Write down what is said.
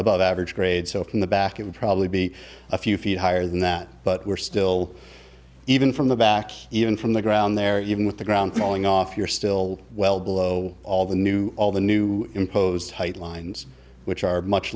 above average grades so from the back it would probably be a few feet higher than that but we're still even from the back even from the ground there even with the ground falling off you're still well below all the new all the new imposed white lines which are much